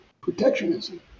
protectionism